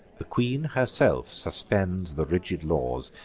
the queen herself suspends the rigid laws,